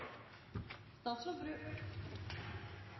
statsråd